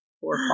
poor